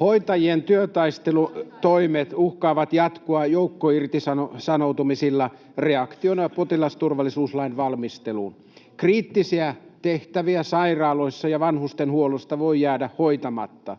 Hoitajien työtaistelutoimet uhkaavat jatkua joukkoirtisanoutumisilla reaktiona potilasturvallisuuslain valmisteluun. Kriittisiä tehtäviä sairaaloissa ja vanhustenhuollossa voi jäädä hoitamatta.